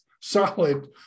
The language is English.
solid